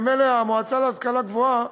ממילא המועצה להשכלה גבוהה